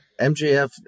MJF